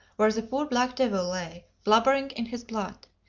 where the poor black devil lay blubbering in his blood.